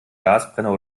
gasbrenner